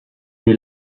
des